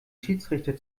schiedsrichter